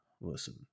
listen